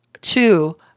Two